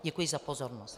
Děkuji za pozornost.